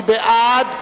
מי בעד?